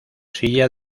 silla